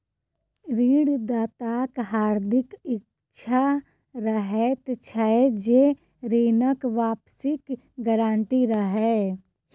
ऋण दाताक हार्दिक इच्छा रहैत छै जे ऋणक वापसीक गारंटी रहय